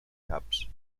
caps